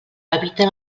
evita